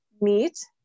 meet